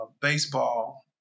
baseball